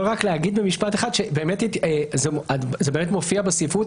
זה באמת מופיע בספרות.